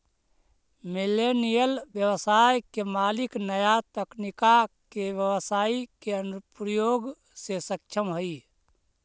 millennial व्यवसाय के मालिक नया तकनीका के व्यवसाई के अनुप्रयोग में सक्षम हई